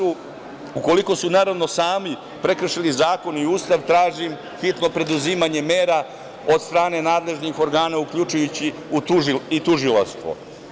Ukoliko su sami prekršili zakon i Ustav, tražim hitno preduzimanje mera od strane nadležnih organa, uključujući i tužilaštvo.